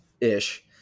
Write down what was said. ish